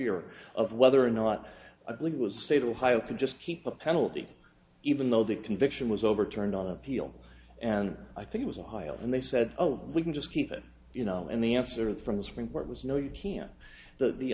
year of whether or not i believe it was state of ohio could just keep a penalty even though the conviction was overturned on appeal and i think it was a while and they said oh we can just keep it you know and the answer from the supreme court was no you can't th